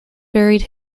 varied